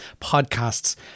podcasts